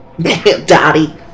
daddy